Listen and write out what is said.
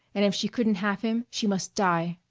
and if she couldn't have him she must die.